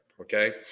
Okay